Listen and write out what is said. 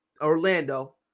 Orlando